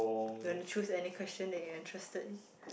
you wanna choose any question that you are interested